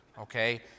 Okay